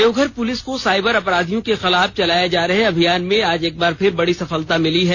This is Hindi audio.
देवघर पुलिस को साइबर अपराधियों के खिलाफ चलाये जा रहे अभियान में आज एक बार फिर बड़ी सफलता मिली है